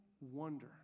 wonder